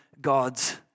God's